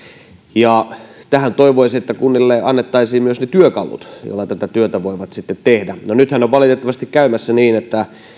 tähän toivoisin että kunnille annettaisiin myös ne työkalut joilla tätä työtä sitten voivat tehdä no nythän on valitettavasti käymässä niin että